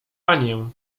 anię